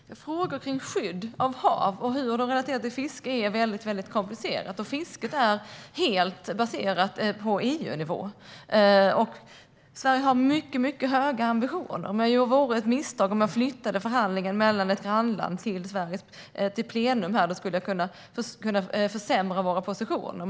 Herr talman! Frågor om skydd av hav och hur de relaterar till fiske är komplicerade. Fisket är helt baserat på EU-nivå. Sverige har mycket höga ambitioner, men det vore ett misstag av mig att flytta förhandlingen med ett grannland till plenum här. Det skulle kunna försämra våra positioner.